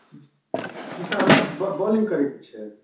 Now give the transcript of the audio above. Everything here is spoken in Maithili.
जी सर हमरा बऽ बोलिङ्ग करैके छै